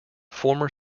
former